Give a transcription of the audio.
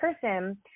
person